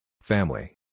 Family